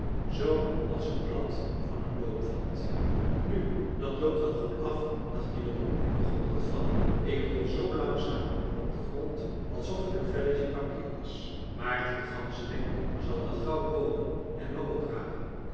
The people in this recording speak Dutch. zoo als een blad van een boom valt nu dat loopt wel goed af dacht de jongen nog onder het vallen ik rol zoo langzaam op den grond alsof ik een velletje papier was maarten de ganzerik zal wel gauw komen en me oprapen